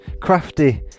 Crafty